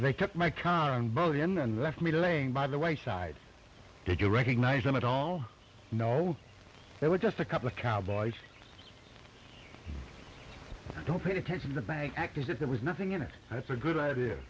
took my car and both in and left me laying by the wayside did you recognize them at all no they were just a couple of cowboys don't pay attention the bank act as if there was nothing in it that's a good idea